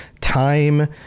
Time